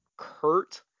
Kurt